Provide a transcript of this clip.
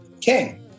king